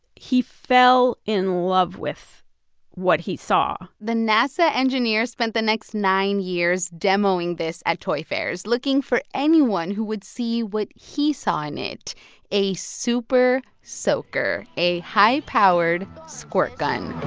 he fell in love with what he saw the nasa engineer spent the next nine years demoing this at toy fairs, looking for anyone who would see what he saw in it a super soaker, a high-powered squirt gun